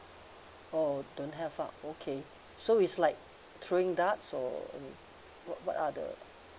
oh don't have lah okay so is like throwing darts or hmm what what are the